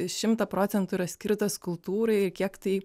šimtą procentų yra skirtas kultūrai kiek tai